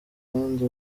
kandi